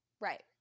Right